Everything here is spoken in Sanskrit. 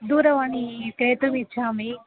दूरवाणी क्रेतुम् इच्छामि